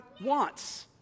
wants